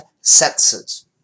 senses